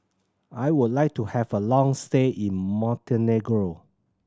I would like to have a long stay in Montenegro